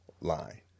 line